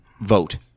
Vote